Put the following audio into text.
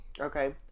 Okay